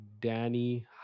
Danny